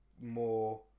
more